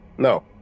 No